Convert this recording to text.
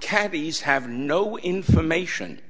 cabbies have no information